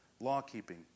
law-keeping